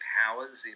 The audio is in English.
powers